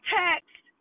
text